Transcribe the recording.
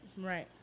right